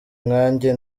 nkanjye